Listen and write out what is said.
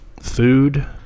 food